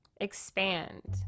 expand